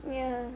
ya